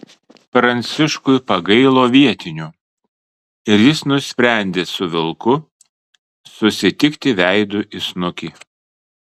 pranciškui pagailo vietinių ir jis nusprendė su vilku susitikti veidu į snukį